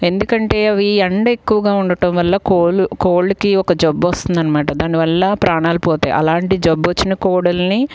ఎందుకంటే అవి ఎండ ఎక్కువగా ఉండటం వల్ల కోళ్ళు కోళ్ళుకి ఒక జబ్బు వస్తుంది అన్నమాట దానివల్ల ప్రాణాలు పోతాయి అలాంటి జబ్బు వచ్చిన కోళ్ళని